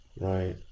Right